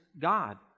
God